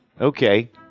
okay